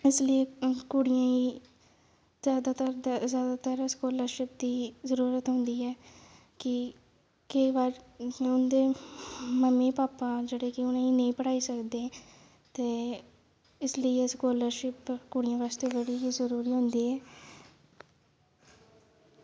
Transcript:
इस लेई कुड़ियें ई चलदे चलदे सब शक्ति दी जरूरत होंदी ऐ कि जेह्ड़े उं'दे मम्मी भापा जेह्ड़े कि उ'नेंगी नेईं पढ़ाई सकदे इस बास्तै स्कॉलरशिप कुड़ियें बास्तै बड़ी गै जरूरी होंदी ऐ